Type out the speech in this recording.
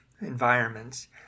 environments